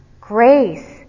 Grace